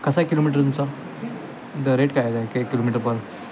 कसा आहे किलोमीटर तुमचा द रेट काय आहे काय की किलोमीटर पर